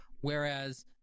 Whereas